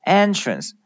entrance